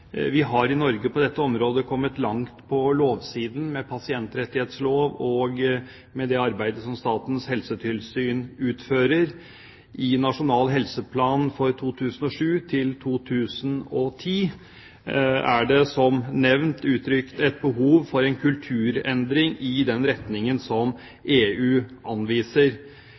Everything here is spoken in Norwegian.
dette området kommet langt på lovsiden med pasientrettighetslov og med det arbeidet som Statens helsetilsyn utfører. I Nasjonal helseplan for 2007–2010 er det, som nevnt, uttrykt et behov for en kulturendring i den retningen som EU anviser.